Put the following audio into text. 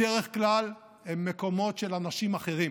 בדרך כלל, הם מקומות של אנשים אחרים